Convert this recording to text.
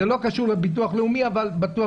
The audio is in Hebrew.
זה לא קשור לביטוח הלאומי אבל בטוח